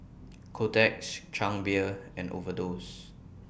Kotex Chang Beer and Overdose